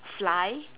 fly